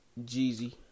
Jeezy